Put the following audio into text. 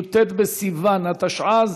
י"ט בסיוון התשע"ז,